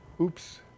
Oops